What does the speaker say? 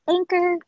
Anchor